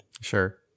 sure